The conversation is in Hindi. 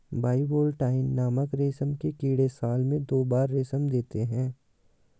बाइवोल्टाइन नामक रेशम के कीड़े साल में दो बार रेशम देते है